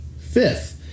fifth